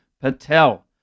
Patel